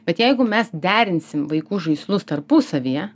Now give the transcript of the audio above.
bet jeigu mes derinsim vaikų žaislus tarpusavyje